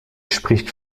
spricht